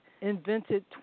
invented